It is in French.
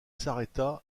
s’arrêta